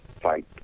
fight